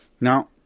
Now